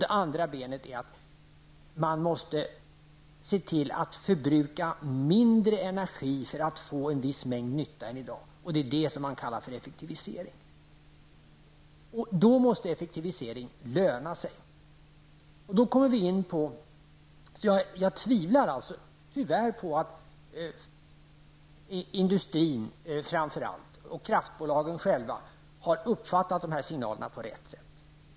Det andra benet är alltså att man måste se till att förbruka mindre energi än i dag för att få en viss mängd nytta. Det är vad man kallar för effektivisering, och då måste effektiviering löna sig. Jag tvivlar tyvärr på att industrin, framför allt, och kraftbolagen själva har uppfattat signalerna på rätt sätt.